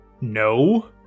No